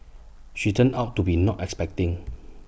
she turned out to be not expecting